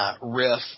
riff